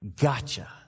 Gotcha